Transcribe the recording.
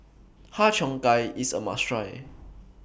Har Cheong Gai IS A must Try